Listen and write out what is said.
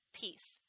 peace